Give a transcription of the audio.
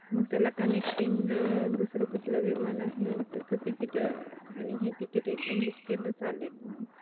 मग त्याला कनेक्टिंग दुसरं कुठलं विमान आहे त्याचं तिकीटं आणि हे तिकीट एकदम बुक केलं चालेल ना